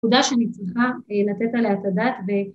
נקודה שאני צריכה לתת עליה את הדעת.